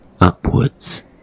upwards